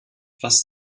was